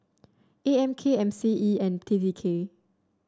A M K M C E and T T K